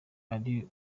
ari